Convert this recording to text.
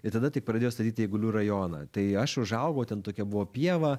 ir tada tik pradėjo statyti eigulių rajoną tai aš užaugau ten tokia buvo pieva